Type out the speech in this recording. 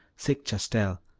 sick chastel,